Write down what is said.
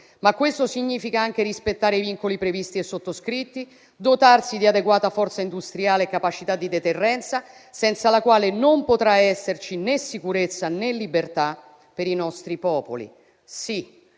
ma questo significa anche rispettare i vincoli previsti e sottoscritti, dotarsi di adeguata forza industriale e capacità di deterrenza, senza la quale non potrà esserci né sicurezza né libertà per i nostri popoli. Sì,